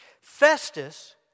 Festus